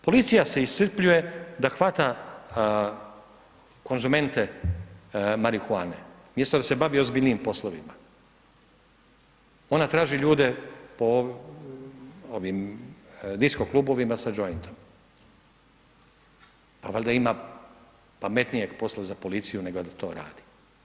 Policija se iscrpljuje da hvata konzumente marihuane mjesto da se bavi ozbiljnijim poslovima, ona traži ljude po ovim disko klubovima sa jointom, pa valjda ima pametnijeg posla za policiju nego da to radi.